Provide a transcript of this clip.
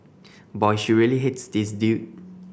boy she really hates this dude